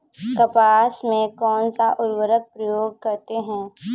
कपास में कौनसा उर्वरक प्रयोग करते हैं?